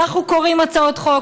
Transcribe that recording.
אנחנו קוראים הצעות חוק,